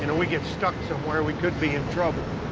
you know we get stuck somewhere, we could be in trouble.